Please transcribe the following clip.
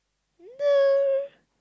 no